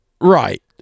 right